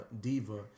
diva